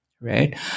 right